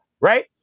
Right